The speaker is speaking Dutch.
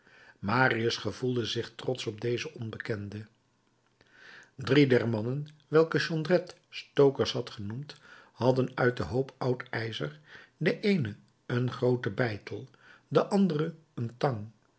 marius gevoelde zich trotsch op dezen onbekende drie der mannen welke jondrette stokers had genoemd hadden uit den hoop oud ijzer de eene een grooten beitel de andere een tang